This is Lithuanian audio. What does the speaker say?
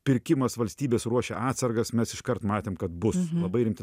pirkimas valstybės ruošia atsargas mes iškart matėm kad bus labai rimti